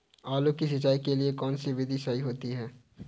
आलू की सिंचाई के लिए कौन सी विधि सही होती है?